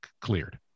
cleared